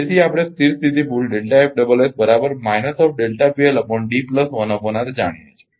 તેથી આપણે સ્થિર સ્થિતી ભૂલ જાણીએ છીએ